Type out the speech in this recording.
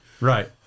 Right